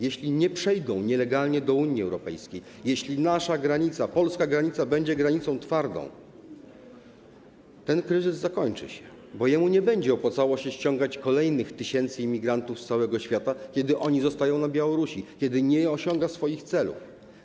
Jeśli nie przejdą oni nielegalnie do Unii Europejskiej, jeśli nasza granica, polska granica będzie granicą twardą, ten kryzys zakończy się, bo Łukaszence nie będzie opłacało się ściągać kolejnych tysięcy imigrantów z całego świata, kiedy oni zostają na Białorusi, kiedy nie osiąga swoich celów.